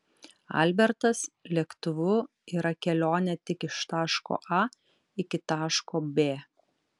albertas lėktuvu yra kelionė tik iš taško a iki taško b